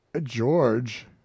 George